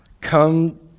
come